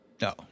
No